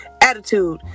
attitude